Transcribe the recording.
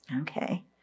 Okay